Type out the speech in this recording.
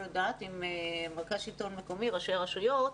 יודעת עם מרכז השלטון המקומי וראשי הרשויות,